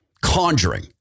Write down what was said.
Conjuring